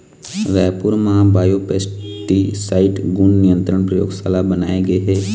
रायपुर म बायोपेस्टिसाइड गुन नियंत्रन परयोगसाला बनाए गे हे